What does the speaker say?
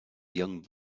young